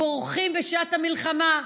בורחים בשעת המלחמה,